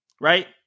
right